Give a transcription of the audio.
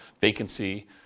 vacancy